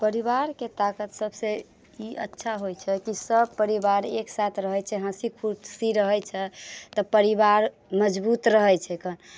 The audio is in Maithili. परिवारके ताकत सभ से ई अच्छा होइत छै कि सभ परिवार एक साथ रहैत छै हँसी खुशी रहैत छै तऽ परिवार मजबूत रहैत छै